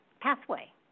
pathway